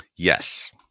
Yes